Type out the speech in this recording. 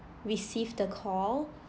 received the call